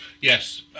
Yes